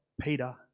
Peter